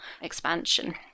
expansion